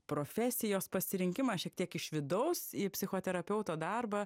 profesijos pasirinkimą šiek tiek iš vidaus į psichoterapeuto darbą